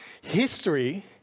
History